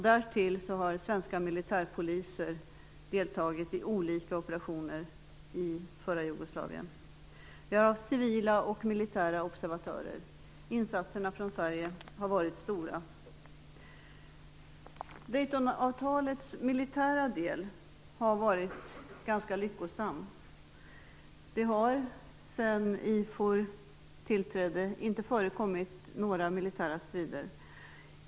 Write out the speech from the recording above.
Därtill har svenska militärpoliser deltagit i olika operationer i förra Jugoslavien. Vi har haft civila och militära observatörer. Insaterna från Sverige har varit stora. Daytonavtalets militära del har varit ganska lyckosam. Det har sedan IFOR inrättades inte förekommit några militära strider.